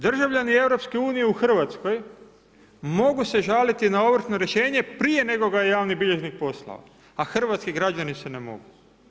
Državljani EU u Hrvatskoj mogu se žaliti na ovrhno rješenje prije nego ga je javni bilježnik poslao, a hrvatski građani se ne mogu.